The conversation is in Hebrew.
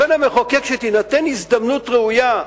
המחוקק התכוון שתינתן הזדמנות ראויה.